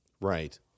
Right